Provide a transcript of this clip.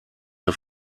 der